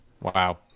Wow